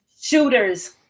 shooters